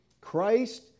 Christ